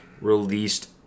released